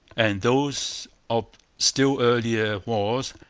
and those of still earlier wars,